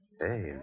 Hey